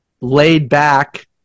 laid-back